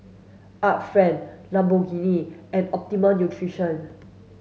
Art Friend Lamborghini and Optimum Nutrition